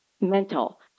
mental